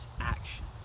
action